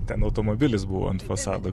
ten automobilis buvo ant fasado